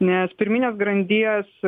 nes pirminės grandies